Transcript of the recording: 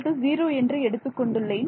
t 0 என்று எடுத்துக் கொண்டுள்ளேன்